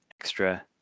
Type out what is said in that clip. extra